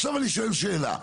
עכשיו אני שואל שאלה.